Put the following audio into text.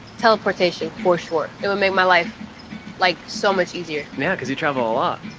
teleportation, for sure. it would make my life like so much easier. yeah, cause you travel a lot.